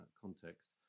context